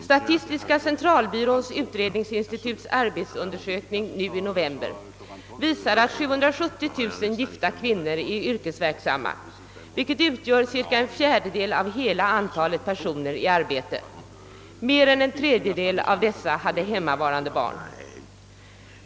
Statistiska centralbyråns utredningsinstituts arbetsundersökning nu i november visar att 770 000 gifta kvinnor är yrkesverksamma, vilket utgör cirka en fjärdedel av hela antalet personer i arbete. Mer än en tredjedel av dessa hade hemmavarande barn.